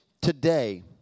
today